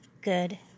good